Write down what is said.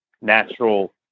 natural